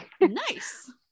Nice